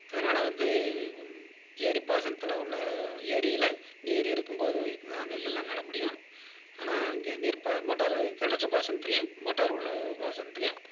அதனால் வந்து ஏரிப் பாசனத்தில் உள்ள ஏரியில நீர் இருக்கும்போதுக்கு தான் நெல் எல்லாம் நட முடியும் ஆனால் அங்கே நீர்பா மோட்டாரு கிணற்று பாசனத்துலையும் மோட்டார் உள்ள பாசனத்துலையும்